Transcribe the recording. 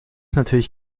natürlich